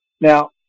now